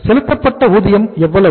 செலுத்தப்பட்ட ஊதியம் எவ்வளவு